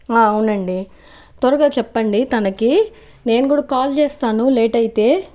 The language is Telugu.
అవునండి త్వరగా చెప్పండి తనకి నేను కూడా కాల్ చేస్తాను లేట్ అయితే